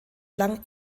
lang